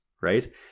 right